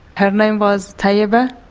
her name was taiba,